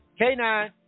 K9